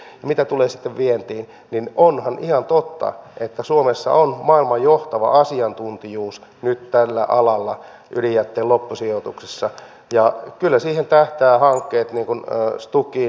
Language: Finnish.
mitä tulee sitten vientiin niin onhan ihan totta että suomessa on maailman johtava asiantuntijuus nyt tällä alalla ydinjätteen loppusijoituksessa ja kyllä siihen tähtää esimerkiksi hanke stukin osayhtiöittämisestä